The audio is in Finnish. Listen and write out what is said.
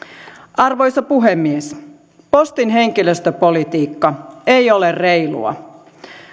arvoisa puhemies postin henkilöstöpolitiikka ei ole reilua